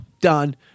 done